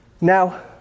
Now